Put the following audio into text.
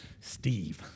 Steve